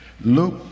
Luke